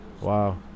Wow